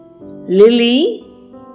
Lily